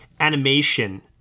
animation